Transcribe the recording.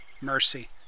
mercy